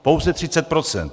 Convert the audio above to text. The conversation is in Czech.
Pouze 30 %.